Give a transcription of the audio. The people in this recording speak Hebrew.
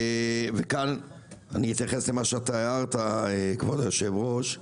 וכאן אני אתייחס למה שאתה הערת, כבוד היושב-ראש.